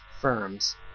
firms